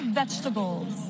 vegetables